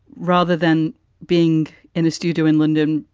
rather than being in a studio in london,